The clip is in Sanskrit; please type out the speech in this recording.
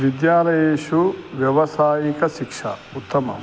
विद्यालयेषु व्यावसायिकशिक्षा उत्तमा